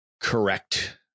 correct